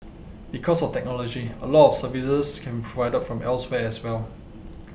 because of technology a lot of services can be provided from elsewhere as well